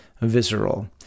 visceral